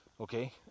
okay